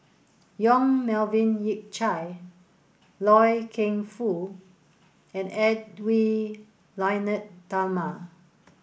Yong Melvin Yik Chye Loy Keng Foo and Edwy Lyonet Talma